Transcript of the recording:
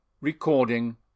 Recording